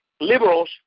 liberals